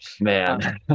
man